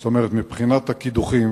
זאת אומרת מבחינת הקידוחים.